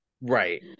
Right